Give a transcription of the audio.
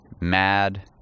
Mad